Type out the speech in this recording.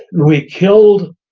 we killed